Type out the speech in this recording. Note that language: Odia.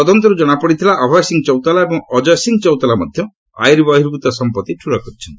ତଦନ୍ତରୁ ଜଣାପଡ଼ିଥିଲା ଅଭୟ ସିଂହ ଚୌତାଲା ଏବଂ ଅଜୟ ସିଂହ ଚୌତାଲା ମଧ୍ୟ ଆର୍ୟବର୍ହିଭ୍ରତ ସମ୍ପତ୍ତି ଠୁଳ କରିଥିଲେ